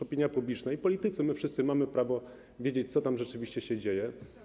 Opinia publiczna i politycy, my wszyscy mamy prawo wiedzieć, co tam rzeczywiście się dzieje.